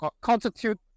constitute